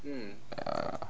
ya